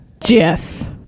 Jeff